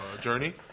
journey